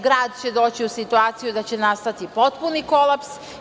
Grad će doći u situaciju da će nastati potpuni kolaps.